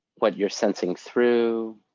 what you're sensing through.